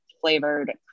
flavored